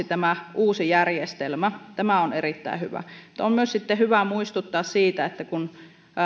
tämä uusi järjestelmä tulee joustavammaksi tämä on erittäin hyvä mutta on myös sitten hyvä muistuttaa kun